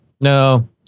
No